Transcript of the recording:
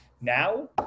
Now